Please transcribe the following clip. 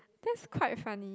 that's quite funny